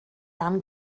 ann